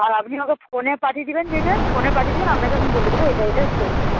আর আপনি আমাকে ফোনে পাঠিয়ে দিবেন যেইটা ফোনে পাঠিয়ে দিবেন আপনাকে আমি বলে দেবো এটা এটা করতে